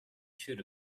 shoot